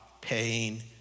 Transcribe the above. paying